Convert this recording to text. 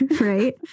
right